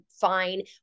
fine